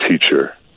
teacher